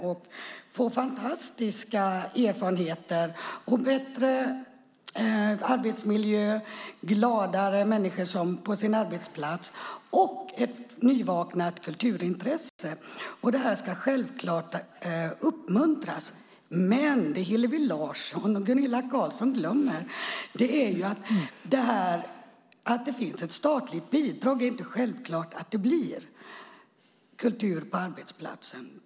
Man får fantastiska erfarenheter: bättre arbetsmiljö, människor som är gladare på sina arbetsplatser och ett nyväckt kulturintresse. Detta ska självklart uppmuntras. Det Hillevi Larsson och Gunilla Carlsson dock glömmer är att det bara för att det finns ett statligt bidrag inte är självklart att det blir kultur på arbetsplatsen.